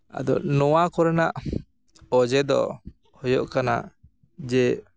ᱟᱫᱚ ᱱᱚᱣᱟ ᱠᱚᱨᱮᱱᱟᱜ ᱚᱡᱮ ᱫᱚ ᱦᱩᱭᱩᱜ ᱠᱟᱱᱟ ᱡᱮ